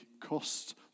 cost